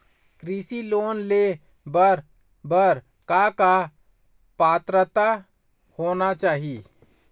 कृषि लोन ले बर बर का का पात्रता होना चाही?